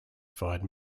fired